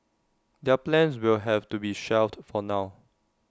their plans will have to be shelved for now